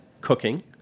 cooking